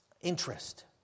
interest